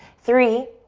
three,